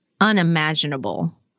unimaginable